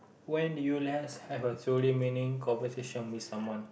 when did you last have a truly meaning conversation with someone